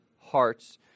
hearts